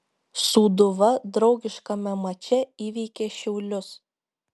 sūduva draugiškame mače įveikė šiaulius